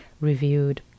reviewed